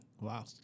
Wow